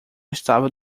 estava